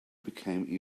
became